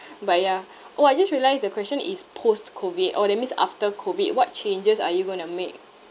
but ya oh I just realised the question is post COVID orh that means after COVID what changes are you going to make